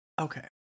Okay